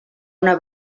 una